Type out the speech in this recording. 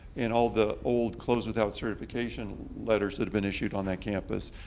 and all the old closed without certification letters that have been issued on that campus.